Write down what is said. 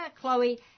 Chloe